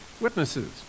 witnesses